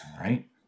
Right